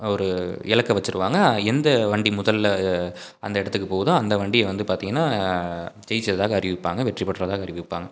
ஒரு இலக்கை வச்சிருவாங்க எந்த வண்டி முதலில் அந்த இடத்துக்கு போகுதோ அந்த வண்டியை வந்து பார்த்திங்கன்னா ஜெயிச்சதாக அறிவிப்பாங்க வெற்றி பெற்றதாக அறிவிப்பாங்க